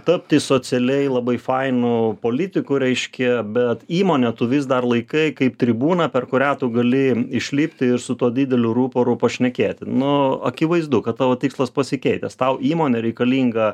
tapti socialiai labai fainu politiku reiškia bet įmonę tu vis dar laikai kaip tribūną per kurią tu gali išlipti ir su tuo dideliu ruporu pašnekėt nu akivaizdu kad tavo tikslas pasikeitęs tau įmonė reikalinga